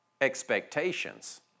expectations